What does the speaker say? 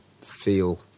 feel